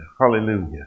Hallelujah